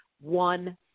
one